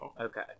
Okay